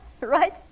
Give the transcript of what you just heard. Right